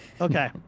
Okay